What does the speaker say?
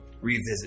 revisit